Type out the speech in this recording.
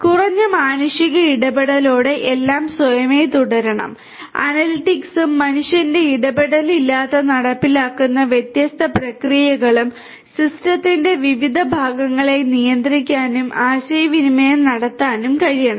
കുറഞ്ഞ മാനുഷിക ഇടപെടലോടെ എല്ലാം സ്വയമേവ തുടരണം അനലിറ്റിക്സും മനുഷ്യന്റെ ഇടപെടലില്ലാതെ നടപ്പിലാക്കുന്ന വ്യത്യസ്ത പ്രക്രിയകളും സിസ്റ്റത്തിന്റെ വിവിധ ഭാഗങ്ങളെ നിയന്ത്രിക്കാനും ആശയവിനിമയം നടത്താനും കഴിയണം